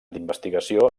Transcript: d’investigació